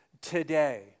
today